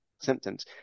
symptoms